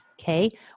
okay